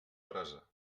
brasa